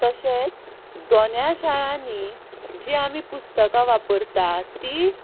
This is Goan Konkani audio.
तशेंच दोनूय शाळांनी जीं आमी पुस्तकां वापरतात तीं